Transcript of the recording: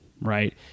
right